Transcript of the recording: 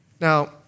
Now